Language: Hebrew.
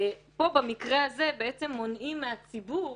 ושינוי שם מונע מהציבור